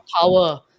power